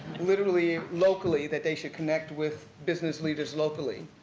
literally locally that they should connect with business leaders locally,